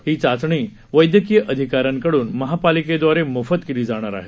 ही चाचणी वैद्यकीय अधिकाऱ्यांकडून महापालिकेदवारे मोफत केली जाणार आहे